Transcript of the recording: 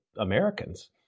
Americans